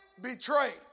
betrayed